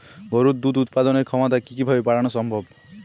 গরুর দুধ উৎপাদনের ক্ষমতা কি কি ভাবে বাড়ানো সম্ভব?